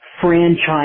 franchise